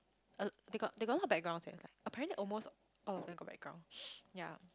uh they got they got a lot of backgrounds eh like a parent almost all all of them got background yea